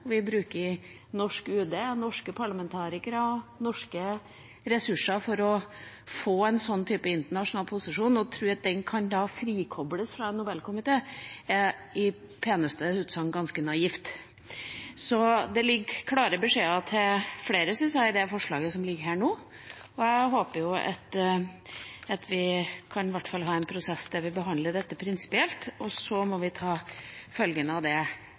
Vi brukte norsk UD, norske parlamentarikere og norske ressurser for å få en slik internasjonal posisjon. Å tro at det kan frikobles fra Nobelkomiteen, er i peneste utsagn ganske naivt. Det ligger klare beskjeder til flere, syns jeg, i det forslaget som ligger her nå. Jeg håper at vi i hvert fall kan ha en prosess der vi behandler dette prinsipielt, og så må vi ta følgen av det